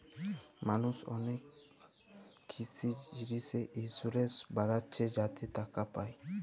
মালুস অলেক কিসি জিলিসে ইলসুরেলস বালাচ্ছে যাতে টাকা পায়